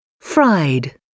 fried